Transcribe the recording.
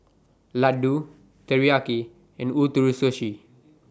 Ladoo Teriyaki and Ootoro Sushi